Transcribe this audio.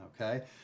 okay